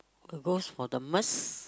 uh goes for the Merz